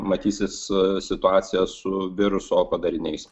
matysis situacija su viruso padariniais